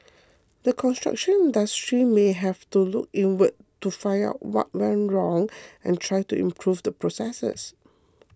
the construction industry may have to look inward to find out what went wrong and try to improve the processes